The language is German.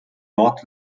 nord